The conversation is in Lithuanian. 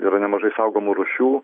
yra nemažai saugomų rūšių